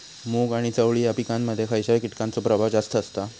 मूग आणि चवळी या पिकांमध्ये खैयच्या कीटकांचो प्रभाव जास्त असता?